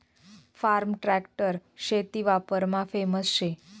form tractor शेती वापरमा famous शे